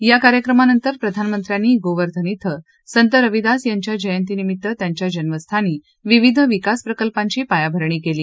या कार्यक्रमानंतर प्रधानमंत्र्यांनी गोवर्धन इथं संत रविदास यांच्या जयंतीनिमित्त त्यांच्या जन्मस्थानी विविध विकास प्रकल्पांची पायाभरणी केली